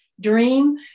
dream